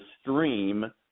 stream